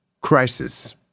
Crisis